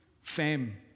fame